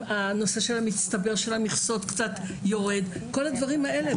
הנושא של המצטבר של המכסות קצת יורד וכל הדברים האלה,